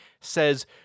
says